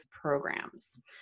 programs